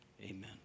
amen